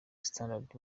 standard